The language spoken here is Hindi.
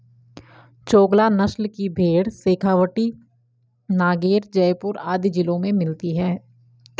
चोकला नस्ल की भेंड़ शेखावटी, नागैर, जयपुर आदि जिलों में मिलती हैं